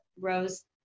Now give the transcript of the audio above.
rose